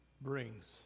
brings